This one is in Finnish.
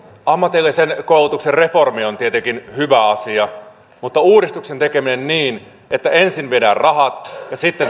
ammatillisen koulutuksen reformi on tietenkin hyvä asia mutta uudistuksen tekeminen niin että ensin viedään rahat ja sitten